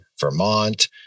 Vermont